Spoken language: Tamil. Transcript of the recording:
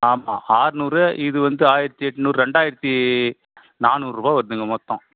ஆமாம் ஆற்நூறு இது வந்து ஆயிரத்தி எட்நூறு ரெண்டாயிரத்தி நானூறுபா வருதுங்க மொத்தம்